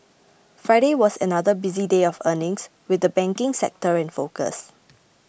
Friday was another busy day of earnings with the banking sector in focus